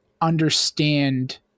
understand